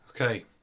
Okay